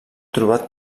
trobat